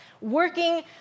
working